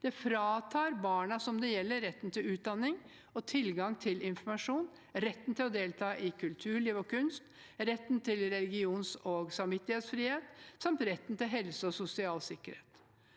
Det fratar barna det gjelder, retten til utdanning og tilgang til informasjon, retten til å delta i kulturliv og kunst, retten til religions- og samvittighetsfrihet samt retten til helse og sosial sikkerhet.